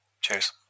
Cheers